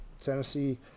Tennessee